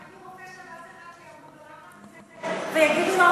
אתה מכיר רופא שב"ס אחד שיעמוד בלחץ הזה כשיגידו לו